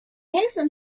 hasten